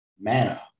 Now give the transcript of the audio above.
manna